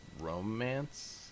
romance